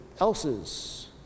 else's